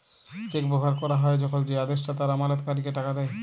check ব্যবহার ক্যরা হ্যয় যখল যে আদেষ্টা তার আমালতকারীকে টাকা দেয়